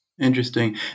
Interesting